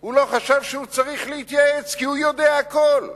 הוא לא חשב שהוא צריך להתייעץ, כי הוא יודע הכול.